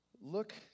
Look